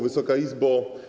Wysoka Izbo!